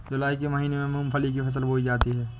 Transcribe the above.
जूलाई के महीने में मूंगफली की फसल बोई जाती है